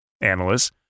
Analysts